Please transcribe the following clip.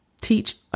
teach